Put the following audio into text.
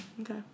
Okay